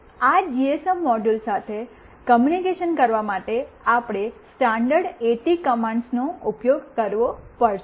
આ GSM module સાથે communication કરવા માટે આપણે સ્ટાન્ડર્ડ એટી કમાન્ડર્સનો ઉપયોગ કરવો પડશે